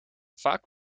vaak